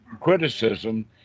criticism